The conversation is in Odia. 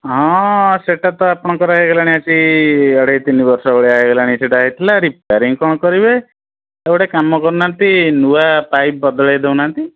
ହଁ ସେଇଟା ତ ଆପଣଙ୍କର ହେଇଗଲାଣି ଆସି ଅଢ଼େଇ ତିନି ବର୍ଷ ଭଳିଆ ହେଇଗଲାଣି ସେଇଟା ହେଇଥିଲା ରିପାରିଙ୍ଗ୍ କ'ଣ କରିବେ ଏ ଗୋଟେ କାମ କରୁନାହାନ୍ତି ନୂଆ ପାଇପ୍ ବଦଳାଇ ଦଉ ନାହାନ୍ତି